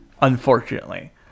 unfortunately